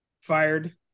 fired